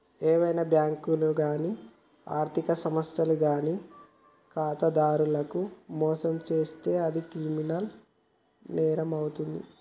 ఏవైనా బ్యేంకులు గానీ ఆర్ధిక సంస్థలు గానీ ఖాతాదారులను మోసం చేత్తే అది క్రిమినల్ నేరమవుతాది